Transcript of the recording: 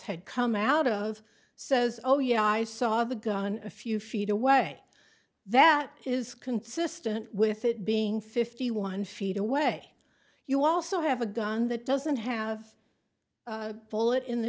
had come out of says oh yeah i saw the gun a few feet away that is consistent with it being fifty one feet away you also have a gun that doesn't have a bullet in the